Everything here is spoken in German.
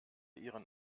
ihren